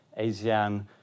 ASEAN